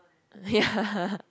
ya